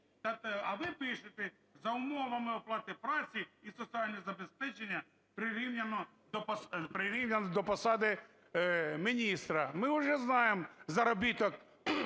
А ви пишите "за умовами оплати праці і соціальне забезпечення прирівняно до посади міністра". Ми уже знаємо заробіток